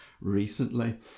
recently